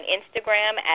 Instagram